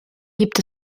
gibt